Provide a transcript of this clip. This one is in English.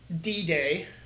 D-Day